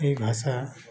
ଏଇ ଭାଷା